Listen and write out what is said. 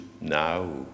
now